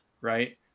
right